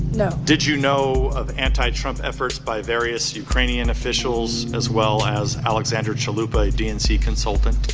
no. did you know of anti-trump efforts by various ukrainian officials as well as alexandra chalupa, a dnc consultant?